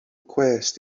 cwest